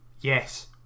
yes